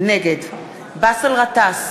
נגד באסל גטאס,